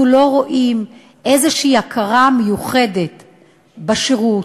אנחנו לא רואים איזושהי הכרה מיוחדת בשירות,